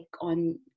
on